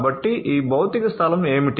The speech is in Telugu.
కాబట్టి ఈ భౌతిక స్థలం ఏమిటి